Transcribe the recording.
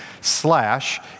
slash